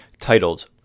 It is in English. titled